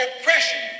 oppression